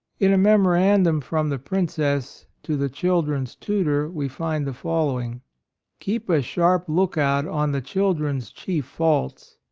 in a memorandum from the princess to the children's tutor we find the following keep a sharp lookout on the children's chief faults.